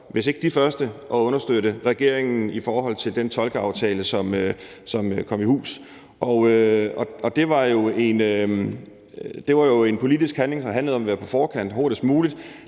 hvis ikke de første – og understøtte regeringen i forhold til den tolkeaftale, som kom i hus. Det var jo en politisk handling, der handlede om hurtigst muligt